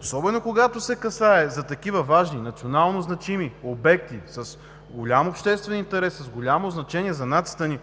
Особено когато се касае за такива важни, национално значими обекти с голям обществен интерес, с голямо значение за нацията ни,